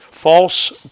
false